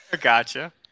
gotcha